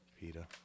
Peter